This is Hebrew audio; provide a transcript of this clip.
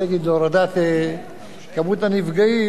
זו תוכנית שבנויה עד 2020,